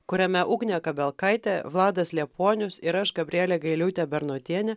kuriame ugnė kabelkaitė vladas liepuonius ir aš gabrielė gailiūtė bernotienė